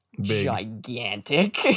Gigantic